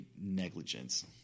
negligence